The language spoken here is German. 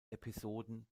episoden